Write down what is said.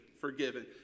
forgiven